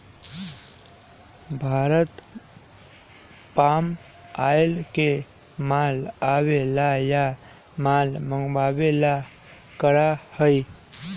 Bharat palm oil के माल आवे ला या माल मंगावे ला करा हई